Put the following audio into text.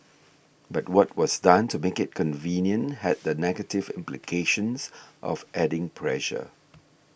but what was done to make it convenient had the negative implications of adding pressure